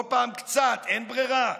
כל פעם קצת, אין ברירה.